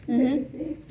um